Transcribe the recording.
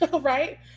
Right